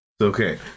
okay